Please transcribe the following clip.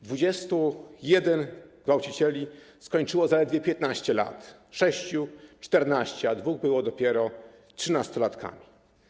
21 gwałcicieli skończyło zaledwie 15 lat, sześciu - 14 lat, a dwóch było dopiero trzynastolatkami.